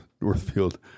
Northfield